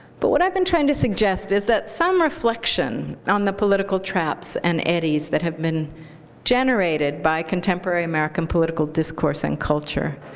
but what i've been trying to suggest is that some reflection on the political traps and eddies that have been generated by contemporary american political discourse and culture,